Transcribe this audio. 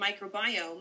microbiome